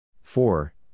Four